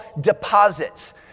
deposits